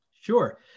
Sure